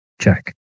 check